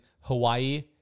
Hawaii